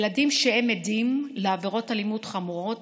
ילדים שהם עדים לעבירות אלימות חמורות